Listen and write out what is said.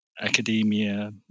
academia